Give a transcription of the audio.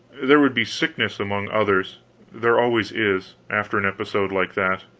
there would be sickness among others there always is, after an episode like that.